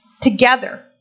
together